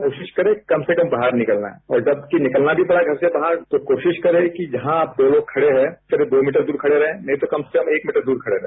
कोशिश करें कम से कम बाहर निकलना हैऔर जब निकलना भी पड़े घर से बाहर तो कोशिश करे तो जहां आप दोलोग खड़े है करीब दो मीटर दूर खड़े रहे नहीं तो कम से कम एक मीटर दूर खड़े रहे